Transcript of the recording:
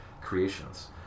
creations